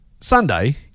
Sunday